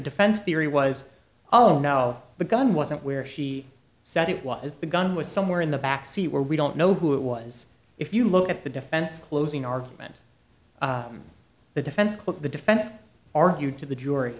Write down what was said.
defense theory was oh no the gun wasn't where she said it was the gun was somewhere in the back seat where we don't know who it was if you look at the defense closing argument the defense look the defense argued to the jury